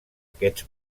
aquests